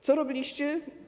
Co robiliście?